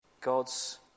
God's